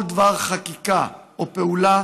כל דבר חקיקה או פעולה